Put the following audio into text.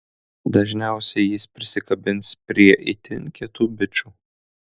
dažniausiai jis prisikabins prie itin kietų bičų